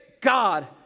God